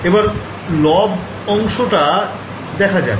এবার লব অংশ টা দেখা যাক